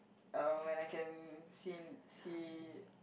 uh when I can seen see it